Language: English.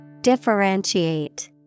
Differentiate